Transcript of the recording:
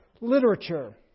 literature